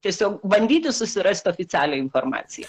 tiesiog bandyti susirast oficialią informaciją